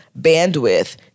bandwidth